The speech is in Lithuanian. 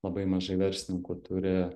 labai mažai verslininkų turi